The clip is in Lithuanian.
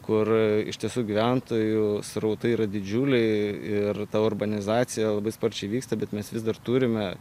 kur iš tiesų gyventojų srautai yra didžiuliai ir ta urbanizacija labai sparčiai vyksta bet mes vis dar turime